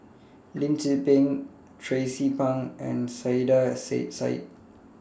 Lim Tze Peng Tracie Pang and Saiedah Said